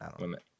Limit